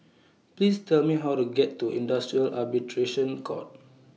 Please Tell Me How to get to Industrial Arbitration Court